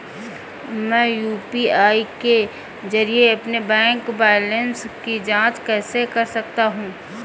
मैं यू.पी.आई के जरिए अपने बैंक बैलेंस की जाँच कैसे कर सकता हूँ?